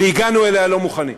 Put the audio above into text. והגענו אליה לא מוכנים.